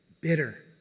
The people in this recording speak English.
Bitter